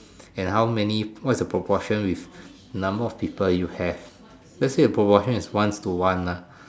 and how many what is the proportion with the number of people you have let's say the proportion is one is to one lah